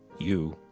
you,